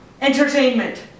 entertainment